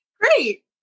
Great